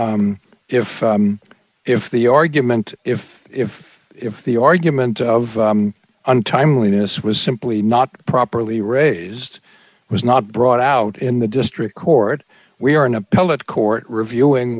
if if the argument if if if the argument of untimely this was simply not properly raised was not brought out in the district court we are in appellate court reviewing